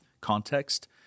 context